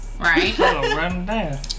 Right